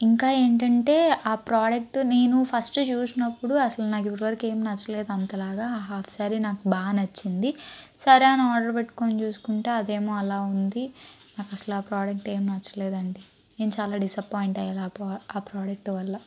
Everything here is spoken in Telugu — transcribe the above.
ఇంకా ఏంటంటే ఆ ప్రొడక్టు నేను ఫస్టు చూసినప్పుడు అసలు నాకు ఇప్పటివరకు ఏమి నచ్చలేదు అంతలాగా ఆ హాఫ్ సారీ నాకు బా నచ్చింది సరే అని ఆర్డరు పెట్టుకుని చూసుకుంటే అదేమో అలా ఉంది నాకసలు ఆ ప్రొడక్టు ఏమి నచ్చలేదండి నేను చాలా డిస్సపాయింట్ అయ్యేలా ఆ ఆ ప్రొడక్టు వల్ల